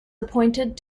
appointed